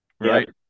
right